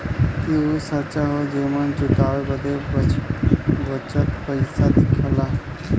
इ उ खांचा हौ जेमन चुकाए बदे बचल पइसा दिखला